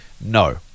no